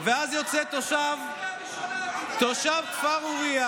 כשהוא נמצא בתוך בית הכנסת,